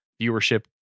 viewership